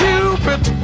Cupid